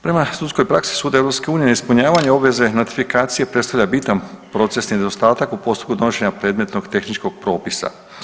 Prema sudskoj praksi sud EU neispunjavanje obveze notifikacije predstavlja bitan procesni nedostatak u postupku donošenja predmetnog tehničkog propisa.